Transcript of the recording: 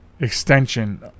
extension